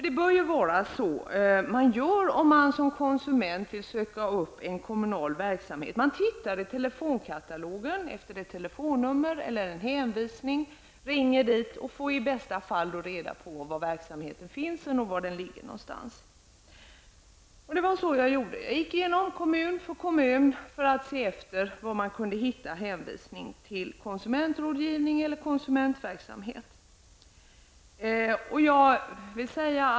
Det bör ju vara så man gör om man som konsument vill söka upp en kommunal verksamhet; man tittar i telefonkatalogen efter ett telefonnummer eller en hänvisning, ringer dit och får i bästa fall reda på var verksamheten finns. Det var så jag gjorde. Jag gick igenom kommun efter kommun för att se efter var man kunde hitta hänvisningar till konsumentrådgivning eller konsumentverksamhet.